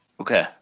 Okay